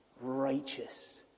righteous